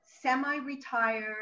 semi-retired